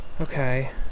okay